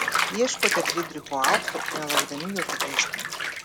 ieškote frydricho aukso nelaukdami jo sugrįžtant